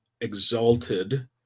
exalted